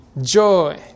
joy